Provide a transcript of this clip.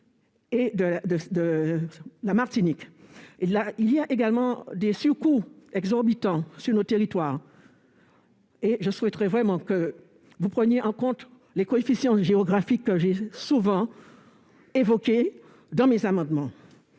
et de la Martinique. Il y a également des surcoûts exorbitants dans nos territoires, et je souhaiterais vraiment que vous preniez en compte les coefficients géographiques que j'ai souvent évoqués dans mes amendements.